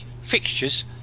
fixtures